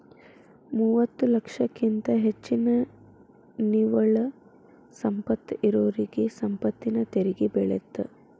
ಮೂವತ್ತ ಲಕ್ಷಕ್ಕಿಂತ ಹೆಚ್ಚಿನ ನಿವ್ವಳ ಸಂಪತ್ತ ಇರೋರಿಗಿ ಸಂಪತ್ತಿನ ತೆರಿಗಿ ಬೇಳತ್ತ